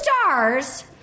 stars